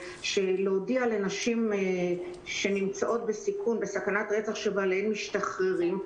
להודיע לנשים שנמצאות בסכנת רצח שבעליהן משתחררים,